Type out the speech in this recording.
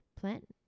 plant